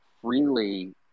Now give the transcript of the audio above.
freely